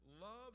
love